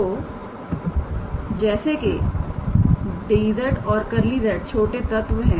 तो जैसे कि dz और 𝜕𝑧 छोटे तत्व है